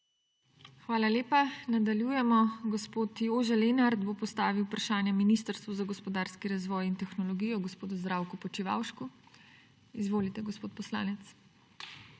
Hvala lepa. Nadaljujemo. Gospod Jože Lenart bo postavil vprašanje ministru za gospodarski razvoj in tehnologijo gospodu Zdravku Počivalšku. Izvolite, gospod poslanec.